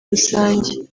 rusange